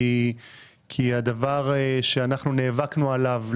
כי הדבר שאנחנו נאבקנו עליו,